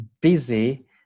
busy